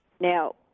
Now